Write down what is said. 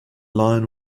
line